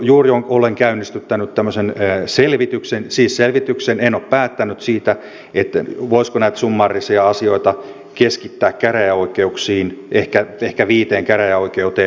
juuri olen käynnistyttänyt tämmöisen selvityksen siis selvityksen en ole päättänyt siitä voisiko näitä summaarisia asioita keskittää käräjäoikeuksiin ehkä viiteen käräjäoikeuteen